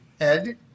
head